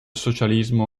socialismo